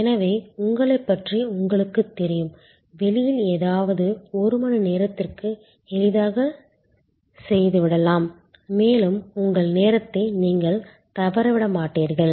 எனவே உங்களைப் பற்றி உங்களுக்குத் தெரியும் வெளியில் ஏதாவது ஒரு மணிநேரத்திற்கு எளிதாகச் செய்துவிடலாம் மேலும் உங்கள் நேரத்தை நீங்கள் தவறவிட மாட்டீர்கள்